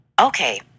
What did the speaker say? Okay